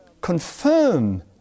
confirm